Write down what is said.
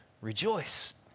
rejoice